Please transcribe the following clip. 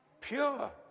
pure